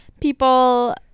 people